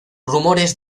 rumores